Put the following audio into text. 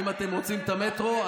אם אתם רוצים את המטרו,